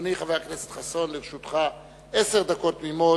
אדוני חבר הכנסת חסון, לרשותך עשר דקות תמימות.